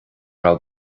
raibh